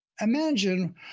imagine